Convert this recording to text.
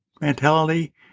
mentality